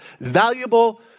valuable